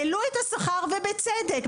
העלו את השכר ובצדק.